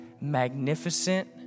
magnificent